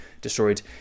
destroyed